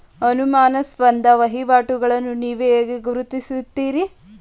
ಅನುಮಾನಾಸ್ಪದ ವಹಿವಾಟುಗಳನ್ನು ನೀವು ಹೇಗೆ ಗುರುತಿಸುತ್ತೀರಿ?